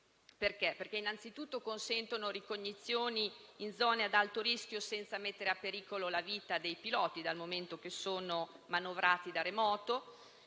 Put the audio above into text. ancora di più. Innanzi tutto, consentono ricognizioni in zone ad alto rischio senza mettere in pericolo la vita dei piloti, dal momento che sono manovrati da remoto,